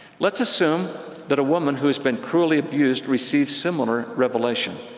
let's assume that a woman who has been cruelly abused receives similar revelation,